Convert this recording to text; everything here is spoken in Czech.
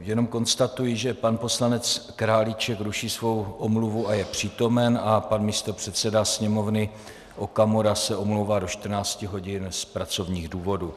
Jenom konstatuji, že pan poslanec Králíček ruší svou omluvu a je přítomen a pan místopředseda Sněmovny Okamura se omlouvá do 14 hodin z pracovních důvodů.